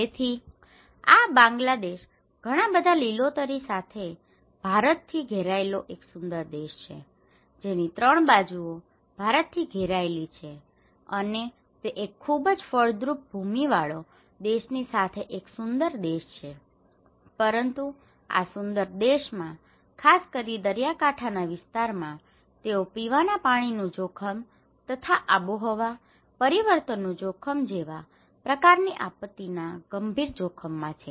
તેથી આ બાંગ્લાદેશ ઘણા બધા લીલોતરી સાથે ભારતથી ઘેરાયેલો એક સુંદર દેશ છે જેની ત્રણ બાજુઓ ભારતથી ઘેરાયેલી છે અને તે એક ખૂબ જ ફળદ્રુપ ભૂમિવાળો દેશની સાથે એક સુંદર દેશ છે પરંતુ આ સુંદર દેશમાં ખાસ કરીને દરિયાકાંઠાના વિસ્તારોમાં તેઓ પીવાના પાણીનું જોખમ તથા આબોહવા પરિવર્તનનું જોખમ જેવા પ્રકારની આપત્તિના ગંભીર જોખમમાં છે